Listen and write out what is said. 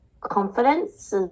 confidence